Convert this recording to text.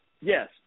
yes